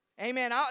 Amen